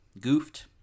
goofed